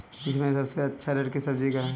इस महीने सबसे अच्छा रेट किस सब्जी का है?